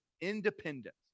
independence